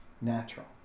natural